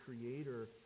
creator